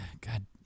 God